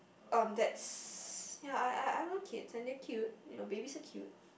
um that's ya I I I want kids and they're cute you know babies are cute